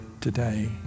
today